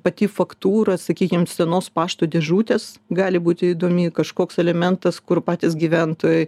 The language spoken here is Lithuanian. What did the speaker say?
pati faktūra sakykime senos pašto dėžutės gali būti įdomi kažkoks elementas kur patys gyventojai